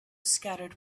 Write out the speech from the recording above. scattered